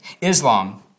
Islam